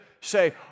say